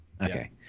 Okay